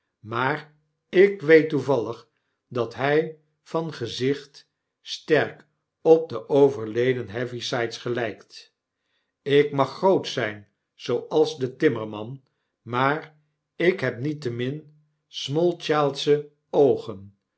maar ik weet toevallig dat hy van gezicht sterk op den overleden heavysides gelifkt ik mag groot zijn zooals detimmerman maar ik heb niettemiri de smallchildsche oogen